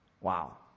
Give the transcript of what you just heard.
Wow